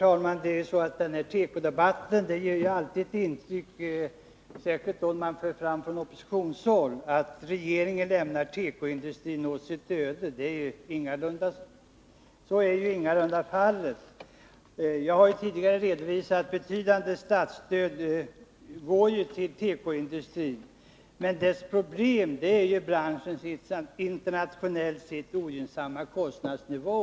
Herr talman! Tekodebatten ger alltid intryck av, särskilt det som sägs från oppositionshåll, att regeringen lämnar tekoindustrin åt sitt öde. Så är ingalunda fallet. Jag har tidigare redovisat att betydande statsstöd går till tekoindustrin. Men dess problem är branschens internationellt sett ogynnsamma kostnadsnivå.